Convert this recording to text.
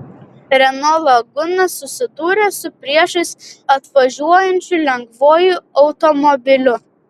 renault laguna susidūrė su priešais atvažiuojančiu lengvuoju automobiliu